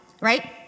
right